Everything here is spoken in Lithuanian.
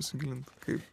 įsigilint kaip